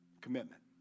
Commitment